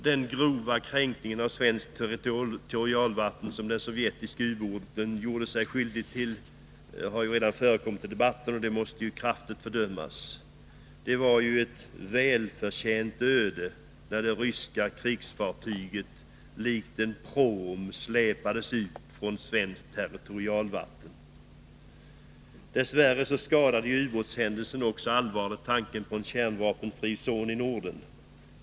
Den grova kränkning av svenskt territorialvatten som den sovjetiska ubåten gjorde sig skyldig till har redan nämnts i debatten och måste kraftigt fördömas. Det var ett välförtjänt öde när det ryska krigsfartyget likt en pråm släpades ut från svenskt territorialvatten. Dess värre skadade ubåtshändelsen också allvarligt tanken på en kärnvapenfri zon i Norden.